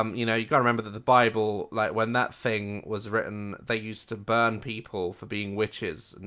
um you know you gotta remember the the bible like when that thing was written they used to burn people for being witches. and